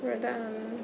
we're done